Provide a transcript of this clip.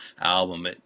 album